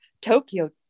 Tokyo